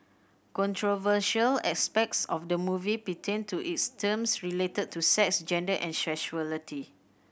controversial aspects of the movie pertained to its themes related to sex gender and sexuality